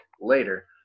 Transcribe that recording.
later